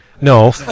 No